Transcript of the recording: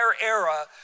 era